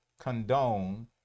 condone